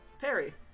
Perry